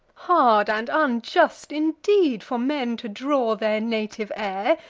hard and unjust indeed, for men to draw their native air,